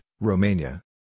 Romania